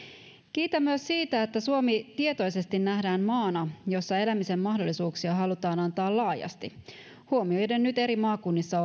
kiitän myös siitä että suomi tietoisesti nähdään maana jossa elämisen mahdollisuuksia halutaan antaa laajasti huomioiden nyt eri maakunnissa